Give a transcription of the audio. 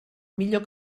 millor